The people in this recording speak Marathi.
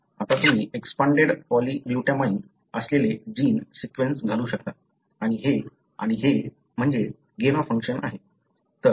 आता तुम्ही एक्सपांडेड पॉलीग्लुटामाइन असलेले जीन सीक्वेन्स घालू शकता आणि हे आणि हे म्हणजे गेन ऑफ फंक्शन आहे